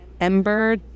ember